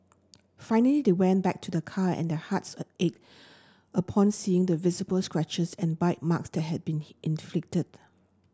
finally they went back to their car and their hearts ached upon seeing the visible scratches and bite marks that had been inflicted